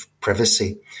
privacy